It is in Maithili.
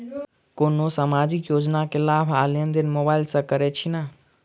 कोनो सामाजिक योजना केँ लाभ आ लेनदेन मोबाइल सँ कैर सकै छिःना?